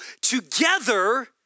together